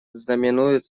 знаменует